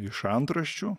iš antraščių